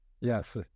Yes